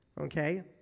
okay